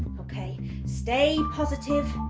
okay stay positive.